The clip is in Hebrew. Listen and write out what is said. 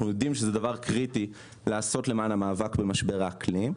יודעים שזה דבר קריטי למען המאבק במשבר האקלים,